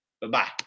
Bye-bye